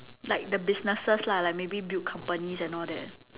like the businesses lah like maybe build companies and all that